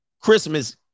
Christmas